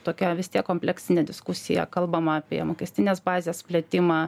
tokia vis tiek kompleksinė diskusija kalbama apie mokestinės bazės plėtimą